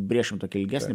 brėšim tokį ilgesnį